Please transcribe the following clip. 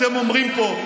אתם אומרים פה,